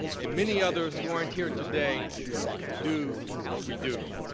and many others who aren't here today do what we do.